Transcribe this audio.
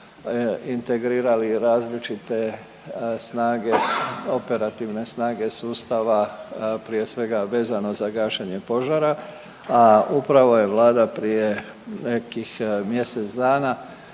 integrirali različite snage, operativne snage sustava prije svega vezano za gašenje požara, a upravo je vlada prije nekih mjesec dana